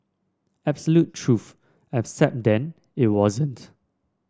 absolute truth except then it wasn't